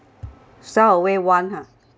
sell away one ah